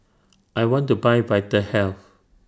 I want to Buy Vitahealth